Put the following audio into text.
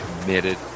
committed